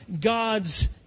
God's